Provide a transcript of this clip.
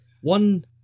one